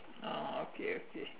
oh okay okay